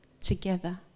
together